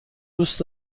دوست